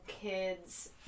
kids